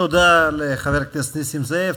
תודה לחבר הכנסת נסים זאב.